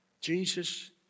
Jesus